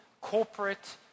corporate